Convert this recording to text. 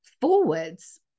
forwards